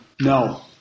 No